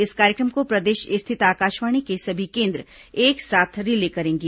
इस कार्यक्रम को प्रदेश स्थित आकाशवाणी के सभी केन्द्र एक साथ रिले करेंगे